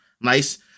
nice